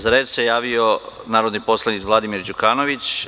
Za reč se javio narodni poslanik Vladimir Đukanović.